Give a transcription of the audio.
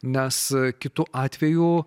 nes kitu atveju